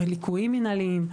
על ליקויים מינהליים,